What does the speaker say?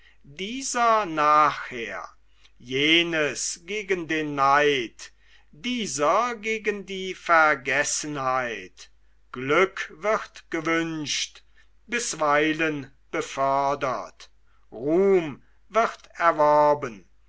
dieser nachher jenes gegen den neid dieser gegen die vergessenheit glück wird gewünscht bisweilen befördert ruhm wird erworben